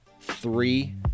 Three